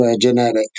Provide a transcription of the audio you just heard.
genetic